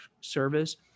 service